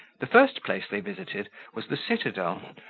the first place they visited was the citadel,